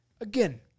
again